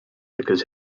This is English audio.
because